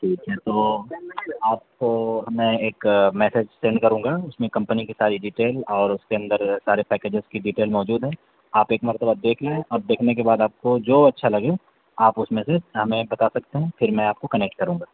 ٹھیک ہے تو آپ کو میں ایک میسیج سینڈ کروں گا اس میں کمپنی کی ساری ڈیٹیل اور اس کے اندر سارے پیکیجز کی ڈیٹیل موجود ہے آپ ایک مرتبہ دیکھ لیں اور دیکھنے کے بعد آپ کو جو اچھا لگے آپ اس میں سے ہمیں بتا سکتے ہیں پھر میں آپ کو کنیکٹ کروں گا